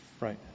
Right